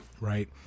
right